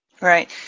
Right